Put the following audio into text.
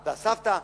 והסבתא,